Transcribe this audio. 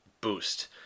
boost